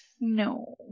No